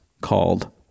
called